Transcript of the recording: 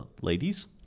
ladies